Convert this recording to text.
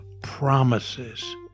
promises